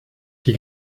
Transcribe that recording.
die